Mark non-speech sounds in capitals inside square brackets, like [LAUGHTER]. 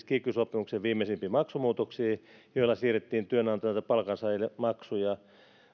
[UNINTELLIGIBLE] kiky sopimuksen viimeisimpiin maksumuutoksiin joilla siirrettiin työnantajalta palkansaajille maksuja